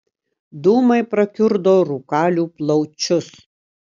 dūmai prakiurdo rūkalių plaučius